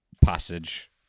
passage